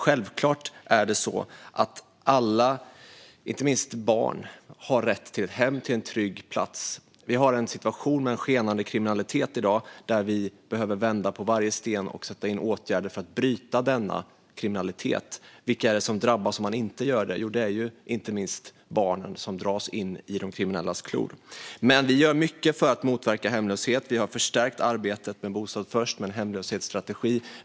Självklart är det så att alla, inte minst barn, har rätt till ett hem och till en trygg plats. Vi har i dag en situation med en skenande kriminalitet. Vi behöver vända på varje sten och sätta in åtgärder för att bryta denna kriminalitet. Vilka är det som drabbas om detta inte görs? Det är inte minst de barn som dras in av de kriminellas klor. Vi gör mycket för att motverka hemlöshet. Vi har förstärkt arbetet med Bostad först med en hemlöshetsstrategi.